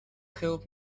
help